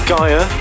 Gaia